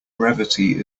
brevity